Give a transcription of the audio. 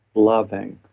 loving,